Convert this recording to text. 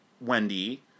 Wendy